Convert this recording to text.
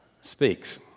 speaks